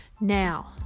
Now